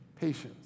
patience